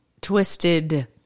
twisted